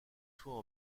soins